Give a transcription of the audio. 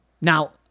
Now